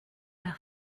leur